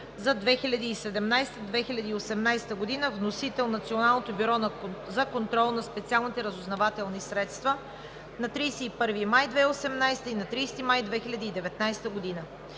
за 2017 – 2018 г. Вносител е Националното бюро за контрол на специалните разузнавателни средства на 31 май 2018 г. и на 30 май 2019 г.